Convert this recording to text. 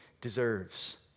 deserves